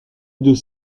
deux